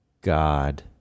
God